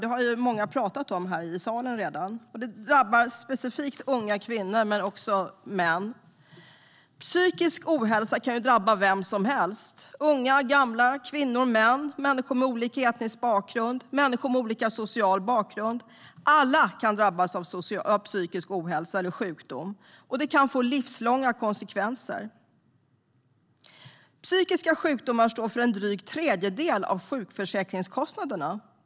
Det har många talat om här i salen redan. Det drabbar specifikt unga kvinnor, men också män. Psykisk ohälsa kan drabba vem som helst. Unga och gamla, kvinnor och män, människor med olika etnisk bakgrund, människor med olika social bakgrund - alla kan drabbas av psykisk ohälsa eller sjukdom, och det kan få livslånga konsekvenser. Psykiska sjukdomar står för en dryg tredjedel av sjukförsäkringskostnaderna.